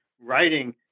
writing